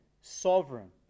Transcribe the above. sovereign